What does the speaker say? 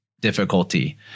difficulty